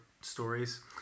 stories